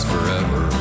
Forever